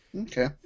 Okay